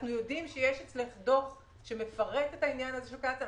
אנחנו יודעים שיש אצלך דוח שמפרט את העניין הזה של קצא"א,